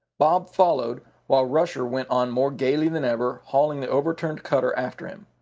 bob followed, while rusher went on more gayly than ever, hauling the overturned cutter after him.